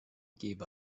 gave